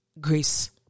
grace